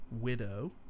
Widow